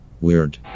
weird